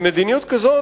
ומדיניות כזאת,